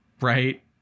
right